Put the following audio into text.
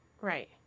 Right